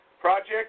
project